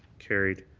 carried.